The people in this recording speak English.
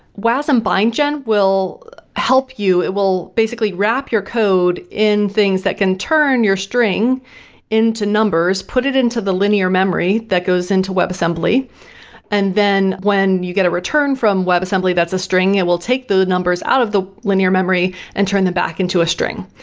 wasm bindgen will help you. it will basically wrap your code in things that can turn your string into numbers, put it into the linear memory that goes into web assembly and then when you get a return from web assembly that is a string, it will take the numbers out of the linear memory and turn the back into a string.